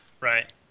Right